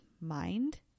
Mind